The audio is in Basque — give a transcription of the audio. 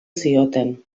zioten